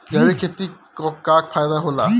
जैविक खेती क का फायदा होला?